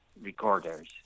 recorders